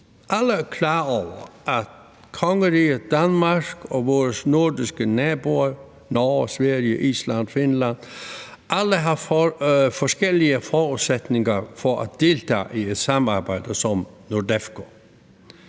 Alle er klar over, at kongeriget Danmark og vores nordiske naboer, Norge, Sverige, Island, Finland, alle har forskellige forudsætninger for at deltage i et samarbejde som NORDEFCO.